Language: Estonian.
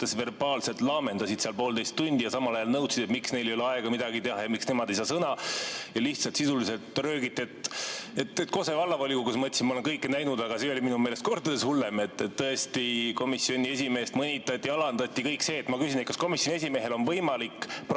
verbaalset laamendasid seal poolteist tundi ja samal ajal nõudsid, et miks meil ei ole aega midagi teha ja miks nemad ei saa sõna. Sisuliselt lihtsalt röögiti. Ma mõtlesin, et Kose Vallavolikogus ma olen kõike näinud, aga see oli minu meelest kordades hullem. Komisjoni esimeest mõnitati, alandati – kõik see. Ma küsin: kas komisjoni esimehel on võimalik